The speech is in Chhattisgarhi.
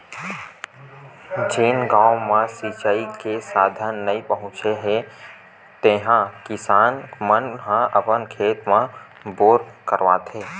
जेन गाँव म सिचई के साधन नइ पहुचे हे तिहा के किसान मन ह अपन खेत म बोर करवाथे